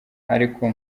ariko